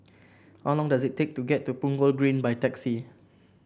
how long does it take to get to Punggol Green by taxi